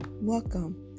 Welcome